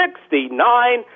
sixty-nine